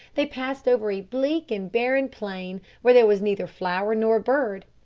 they passed over a bleak and barren plain where there was neither flower nor bird.